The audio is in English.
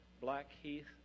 Blackheath